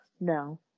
No